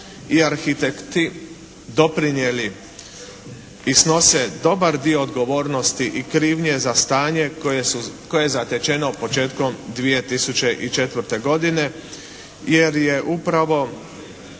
i arhitekti doprinijeli i snose dobar dio odgovornosti i krivnje za stanje koje je zatečeno početkom 2004. godine jer je upravo